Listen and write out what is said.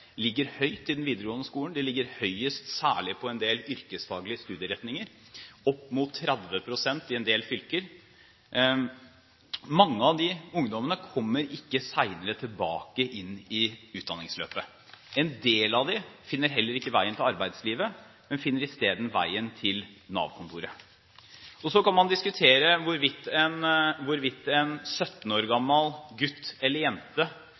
ligger høyt i den videregående skolen. De ligger høyest særlig på en del yrkesfaglige studieretninger, opp mot 30 pst i en del fylker. Mange av disse ungdommene kommer ikke senere tilbake inn i utdanningsløpet. En del av dem finner heller ikke veien til arbeidslivet, men finner i stedet veien til Nav-kontoret. Så kan en diskutere hva det sier om et samfunn når en 17 år gammel gutt eller jente